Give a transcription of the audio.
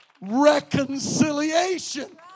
reconciliation